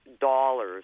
dollars